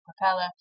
propeller